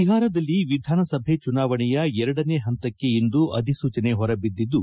ಬಿಹಾರದಲ್ಲಿ ವಿಧಾನಸಭೆ ಚುನಾವಣೆಯ ಎರಡನೇ ಹಂತಕ್ಕೆ ಇಂದು ಅಧಿಸೂಚನೆ ಹೊರಬಿದ್ದಿದ್ದು